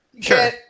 Sure